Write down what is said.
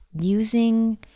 using